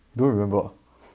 you don't remember ah